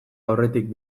aurretik